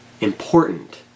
important